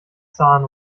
zahn